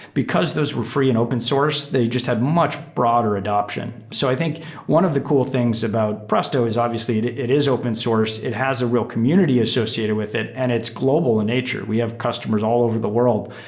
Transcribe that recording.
because those were free and open source, they just had much broader adaption. so i think one of the cool things about presto is obviously it it is open source. it has a real community associated with it and it's global in nature. we have customers all over the world.